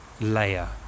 Layer